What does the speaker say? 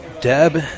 Deb